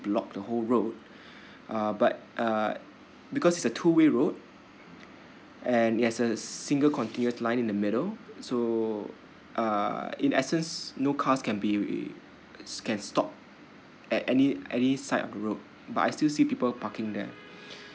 block the whole road uh but uh because is a two way road and that's a single continuous line in the middle so uh in essence no cars can be can stop at any any side of the road but I still see people parking there